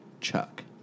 Chuck